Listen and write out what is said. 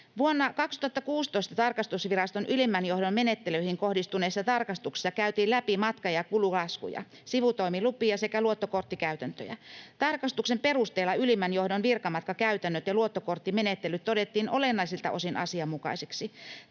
Vuonna 2016 tarkastusviraston ylimmän johdon menettelyihin kohdistuneessa tarkastuksessa käytiin läpi matka- ja kululaskuja, sivutoimilupia sekä luottokorttikäytäntöjä. Tarkastuksen perusteella ylimmän johdon virkamatkakäytännöt ja luottokorttimenettelyt todettiin olennaisilta osin asianmukaisiksi.